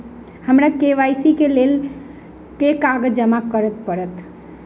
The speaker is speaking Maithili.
हमरा के.वाई.सी केँ लेल केँ कागज जमा करऽ पड़त?